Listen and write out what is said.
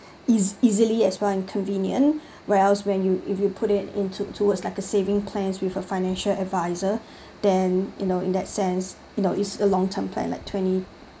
is easily as well and convenient whereas when you if you put it into towards like a saving plans with a financial adviser then you know in that sense you know it's a long term plan like twenty